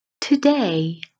Today